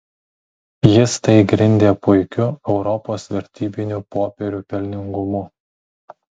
jis tai grindė puikiu europos vertybinių popierių pelningumu